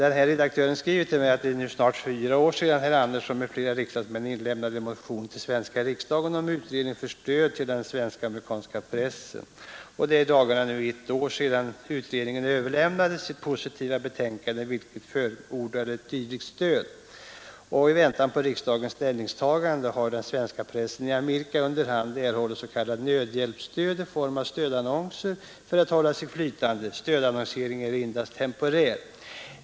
En av redaktörerna skriver till mig: ”Det är nu snart fyra år sedan Ni herr Andersson med flera riksdagsmän inlämnade en motion till svenska riksdagen om utredning för stöd till den svenskamerikanska pressen. Det är i dagarna ett år sedan utredningen överlämnade sitt positiva betänkande vilket förordade ett dylikt stöd. I väntan på riksdagens ställningstagande har den svenska pressen i Amerika under hand erhållit s.k. nödhjälpsstöd i form av stödannonser för att hålla sig flytande. Stödannonseringen är endast temporär.